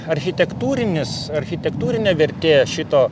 architektūrinis architektūrinė vertė šito